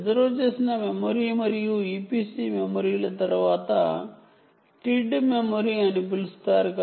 reserved memory మరియు EPC memory తర్వాత TID memory అని పిలుస్తారు